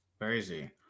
crazy